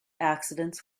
accidents